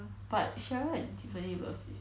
but cheryl and tiffany loves it